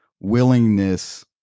willingness